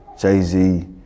Jay-Z